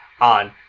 on